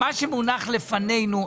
מה שמונח לפנינו,